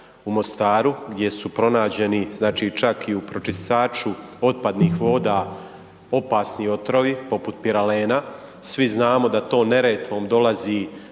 u Mostaru, gdje su pronađeni čak i u pročistaču otpadnih voda opasni otrovi, poput piralena. Svi znamo da to Neretvom dolazi